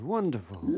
Wonderful